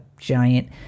giant